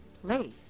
play